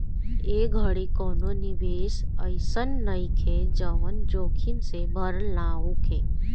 ए घड़ी कवनो निवेश अइसन नइखे जवन जोखिम से भरल ना होखे